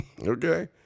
Okay